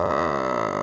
err